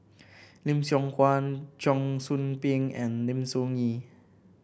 Lim Siong Guan Cheong Soo Pieng and Lim Soo Ngee